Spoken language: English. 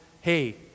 hey